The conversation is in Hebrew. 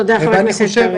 תודה, חבר הכנסת קרעי.